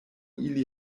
ili